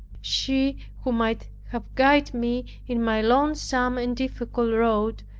she who might have guided me in my lonesome and difficult road,